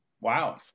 Wow